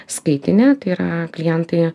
skaitinė tai yra klientai